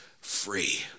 free